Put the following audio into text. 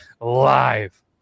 live